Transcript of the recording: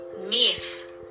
myth